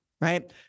right